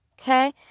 Okay